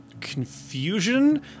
confusion